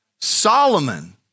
Solomon